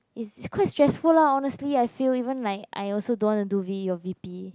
it's quite stressful lah honestly I feel even like I also don't want to do V or V_P